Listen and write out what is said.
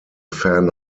fan